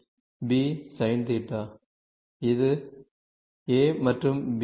எனவே இது Ф மற்றும் b